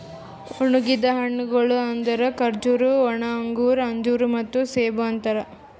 ಒಣುಗಿದ್ ಹಣ್ಣಗೊಳ್ ಅಂದುರ್ ಖಜೂರಿ, ಒಣ ಅಂಗೂರ, ಅಂಜೂರ ಮತ್ತ ಸೇಬು ಅಂತಾರ್